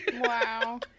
Wow